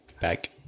back